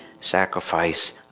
sacrifice